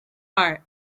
hart